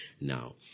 Now